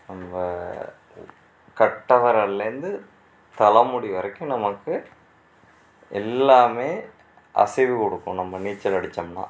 நம்ம கட்டை விரல்லேந்து தலை முடி வரைக்கும் நம்மளுக்கு எல்லாமே அசைவு கொடுக்கும் நம்ம நீச்சல் அடித்தோம்னா